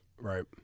Right